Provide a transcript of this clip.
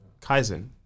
Kaizen